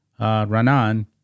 Ranan